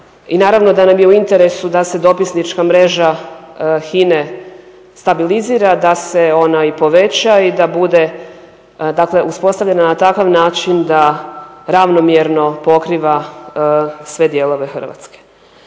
I naravno da nam je u interesu da se dopisnička mreža HINA-e stabilizira, da se ona i poveća i da bude, dakle uspostavljena na takav način da ravnomjerno pokriva sve dijelove Hrvatske.